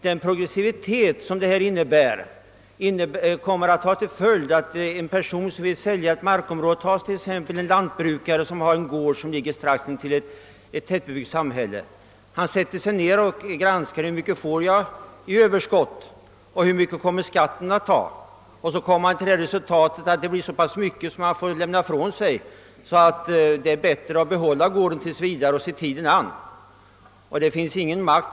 Den progressivitet som förslaget innebär kommer tyvärr att få till följd att en person som vill sälja ett markområde — t.ex. en jordbrukare med en gård strax intill ett tättbebyggt samhälle — sätter sig ned och räknar ut vad som går till skatt, och då finner att han får lämna ifrån sig så mycket att det är bättre att behålla gården och se tiden an.